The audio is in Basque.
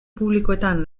publikoetan